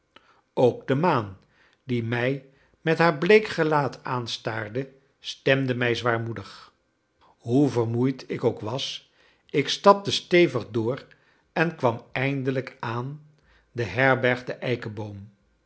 ook de maan die mij met haar bleek gelaat aanstaarde stemde mij zwaarmoedig hoe vermoeid ik ook was ik stapte stevig door en kwam eindelijk aan de herberg de eikenboom